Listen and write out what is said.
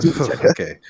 Okay